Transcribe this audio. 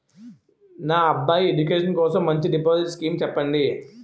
నా అబ్బాయి ఎడ్యుకేషన్ కోసం మంచి డిపాజిట్ స్కీం చెప్పండి